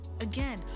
again